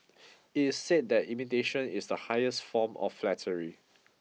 it's said that imitation is the highest form of flattery